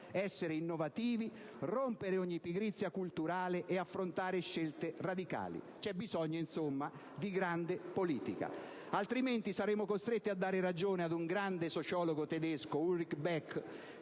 essere innovativi, rompere ogni pigrizia culturale e affrontare scelte radicali. C'è bisogno, insomma, di grande politica, altrimenti saremo costretti a dare ragione ad un grande sociologo tedesco, Ulrich Beck,